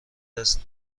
دست